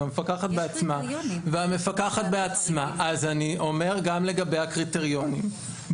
אני אומר גם לגבי הקריטריונים,